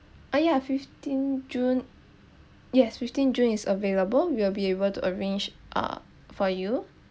ah yeah fifteen june yes fifteen june is available we'll be able to arrange ah for you